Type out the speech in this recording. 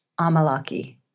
amalaki